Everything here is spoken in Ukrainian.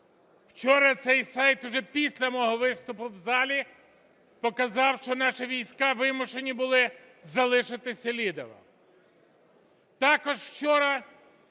Вчора цей сайт уже після мого виступу в залі показав, що наші війська вимушені були залишити Селидове.